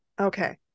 Okay